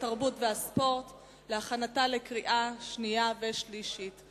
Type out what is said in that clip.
התרבות והספורט להכנתה לקריאה שנייה ולקריאה שלישית.